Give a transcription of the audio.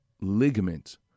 ligament